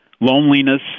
loneliness